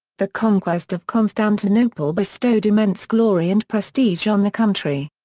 the conquest of constantinople bestowed immense glory and prestige on the country.